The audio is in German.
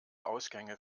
ausgänge